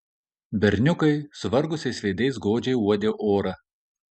berniukai suvargusiais veidais godžiai uodė orą